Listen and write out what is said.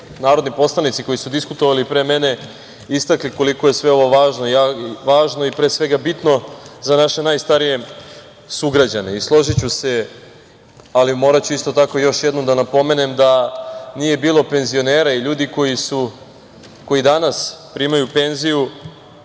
narodni poslanici koji su diskutovali pre mene istakli koliko je sve ovo važno i pre svega bitno za naše najstarije sugrađane. Složiću se, ali moraću isto tako još jednom da napomenem da nije bilo penzionera i ljudi koji danas primaju penziju,